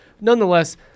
Nonetheless